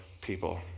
people